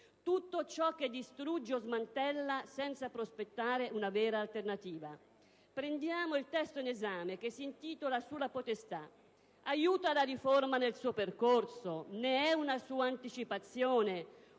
tutto ciò che distrugge o smantella senza prospettare una vera alternativa. Prendiamo il testo in esame, che richiama nel titolo la potestà genitoriale: aiuta la riforma nel suo percorso, ne è una sua anticipazione,